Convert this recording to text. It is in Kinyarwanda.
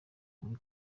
muri